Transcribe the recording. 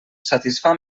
satisfà